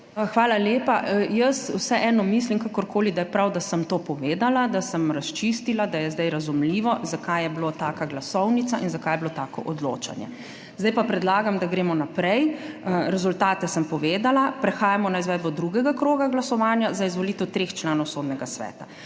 Hvala lepa. Jaz vseeno mislim, kakorkoli, da je prav, da sem to povedala, da sem razčistila, da je zdaj razumljivo, zakaj je bila taka glasovnica in zakaj je bilo tako odločanje. Zdaj pa predlagam, da gremo naprej. Rezultate sem povedala. Prehajamo na izvedbo drugega kroga glasovanja za izvolitev treh članov Sodnega sveta.